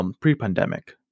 Pre-pandemic